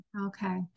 Okay